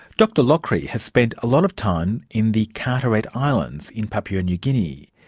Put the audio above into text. dr loughry has spent a lot of time in the carteret islands, in papua new guinea.